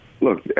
look